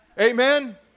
Amen